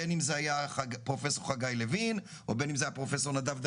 בין אם זה היה חגי לוין ובין אם פרופסור חגי